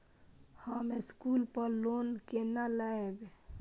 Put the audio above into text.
हम स्कूल पर लोन केना लैब?